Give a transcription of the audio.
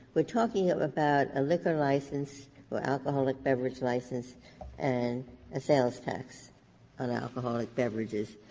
we're talking about a liquor license or alcoholic beverage license and a sales tax on alcoholic beverages.